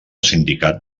sindicat